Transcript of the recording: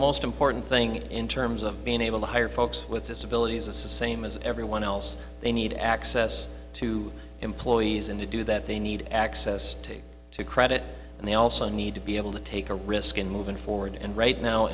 most important thing in terms of being able to hire folks with disabilities the same as everyone else they need access to employees and to do that they need access to credit and they also need to be able to take a risk in moving forward and right now